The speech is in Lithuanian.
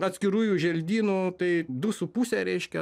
atskirųjų želdynų tai du su puse reiškia